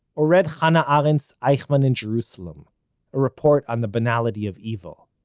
or read hannah arendt's eichmann in jerusalem a report on the banality of evil.